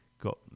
got